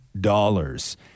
dollars